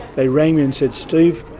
they rang me and said, steve,